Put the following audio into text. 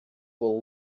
will